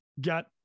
got